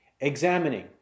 Examining